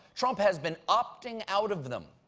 trump has been opting out of them.